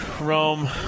Rome